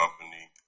company